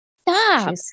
Stop